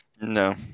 No